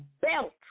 belt